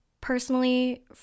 Personally